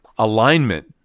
alignment